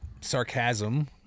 sarcasm